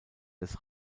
des